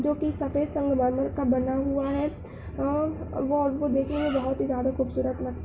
جوکہ سفید سنگ مرمر کا بنا ہوا ہے اور وہ وہ دیکھنے میں بہت ہی زیادہ خوبصورت لگتا